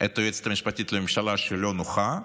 את היועצת המשפטית לממשלה, שלא נוחה,